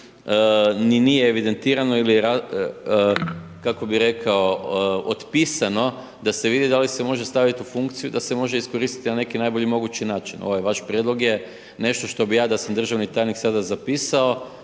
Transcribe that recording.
ni nije evidentirano ili kako bi rekao, otpisano, da se vidi, da li se može staviti u funkciju i da se može iskoristiti na neki najbolji mogući način. Ovaj vaš prijedlog je nešto što bi ja da sam državni tajnik sada zapisao